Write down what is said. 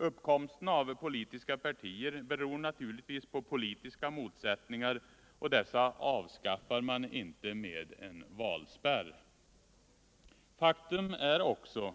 Uppkomsten av politiska partier beror naturligtvis på politiska motsättningar, och dessa avskaffar man inte med en valspärr. Faktum är också